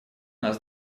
нас